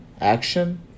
action